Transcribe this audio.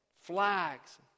flags